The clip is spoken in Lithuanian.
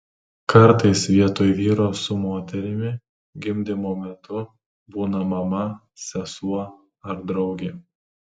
kartais vietoj vyro su moterimi gimdymo metu būna mama sesuo ar draugė